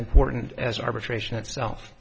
important as arbitration itself